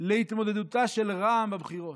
להתמודדותה של רע"מ בבחירות.